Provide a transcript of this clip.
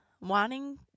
wanting